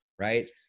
right